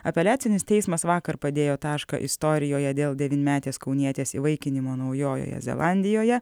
apeliacinis teismas vakar padėjo tašką istorijoje dėl devynmetės kaunietės įvaikinimo naujojoje zelandijoje